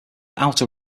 outer